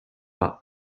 par